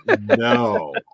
No